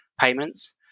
payments